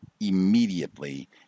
immediately